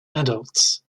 adults